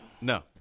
No